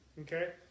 okay